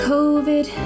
Covid